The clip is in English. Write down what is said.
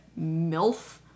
MILF